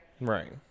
Right